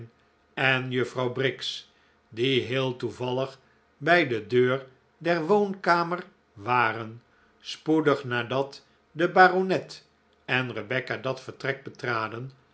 en juffrouw briggs die heel toevallig bij de deur der woonkamer waren spoedig nadat de baronet en rebecca dat vertrek betraden